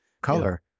color